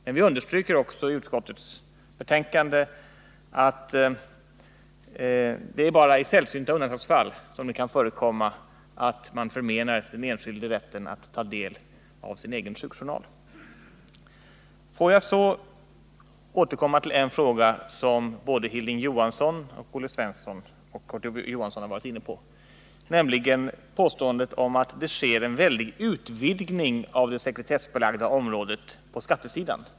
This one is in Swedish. Men vi understryker i betänkandet att det bara i sällsynta undantagsfall bör förekomma att man förmenar den enskilde rätten att ta del av sin egen sjukjournal. Låt mig sedan återkomma till en fråga som såväl Hilding Johansson som Olle Svensson och Kurt Ove Johansson har varit inne på. Det gäller påståendet att den nya lagen skulle innebära en väldig utvidgning av det sekretessbelagda området på skattesidan.